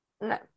No